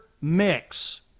mix